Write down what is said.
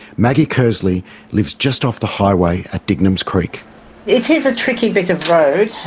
maggie cursley lives just off the highway at dignams creek. it is a tricky bit of road.